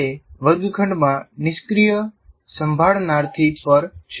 તે વર્ગખંડમાં નિષ્ક્રિય સંભાળનારથી પર છે